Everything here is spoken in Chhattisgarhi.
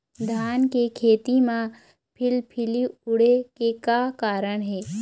धान के खेती म फिलफिली उड़े के का कारण हे?